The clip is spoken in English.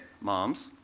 moms